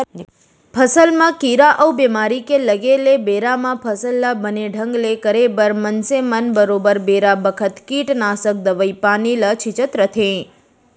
फसल म कीरा अउ बेमारी के लगे ले बेरा म फसल ल बने ढंग ले करे बर मनसे मन बरोबर बेरा बखत कीटनासक दवई पानी ल छींचत रथें